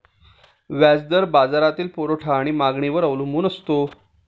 व्याज दर बाजारातील पुरवठा आणि मागणीवर अवलंबून असतो